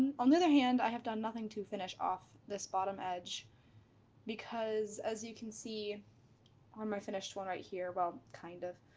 on the other hand i have done nothing to finish off this bottom edge because, as you can see on my finished one right here, well. kind of.